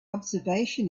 observation